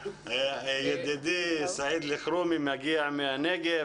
ידידי סעיד אלחרומי מגיע מהנגב